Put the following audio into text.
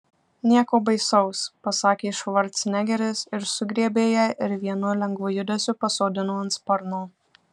nieko baisaus pasakė švarcnegeris sugriebė ją ir vienu lengvu judesiu pasodino ant sparno